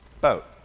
boat